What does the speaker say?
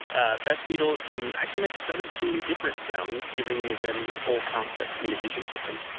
ah bess beetles can actually make seventeen different sounds, giving them this whole complex communication system.